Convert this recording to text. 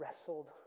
wrestled